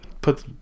put